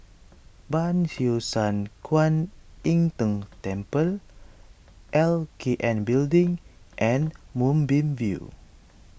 Ban Siew San Kuan Im Tng Temple L K N Building and Moonbeam View